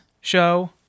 show